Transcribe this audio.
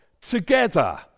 together